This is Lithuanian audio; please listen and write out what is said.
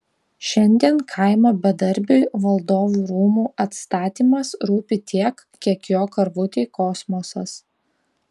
šiandien kaimo bedarbiui valdovų rūmų atstatymas rūpi tiek kiek jo karvutei kosmosas